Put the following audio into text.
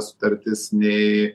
sutartis nei